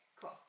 cool